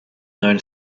known